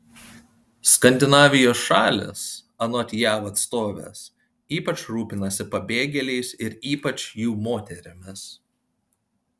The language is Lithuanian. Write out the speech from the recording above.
skandinavijos šalys anot jav atstovės ypač rūpinasi pabėgėliais ir ypač jų moterimis